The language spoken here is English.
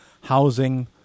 housing